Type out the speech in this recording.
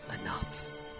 enough